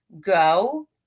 go